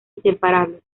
inseparables